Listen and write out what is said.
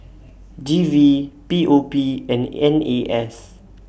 G V P O P and N A S